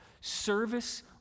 service